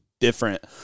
different